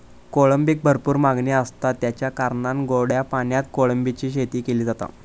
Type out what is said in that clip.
कोळंबीक भरपूर मागणी आसता, तेच्या कारणान गोड्या पाण्यात कोळंबीची शेती केली जाता